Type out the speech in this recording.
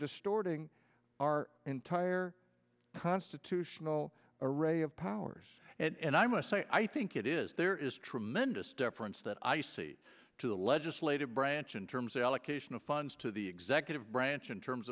distorting our entire constitutional array of powers and i must say i think it is there is tremendous difference that i see to the legislative branch in terms allocation of funds to the executive branch in terms